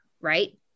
right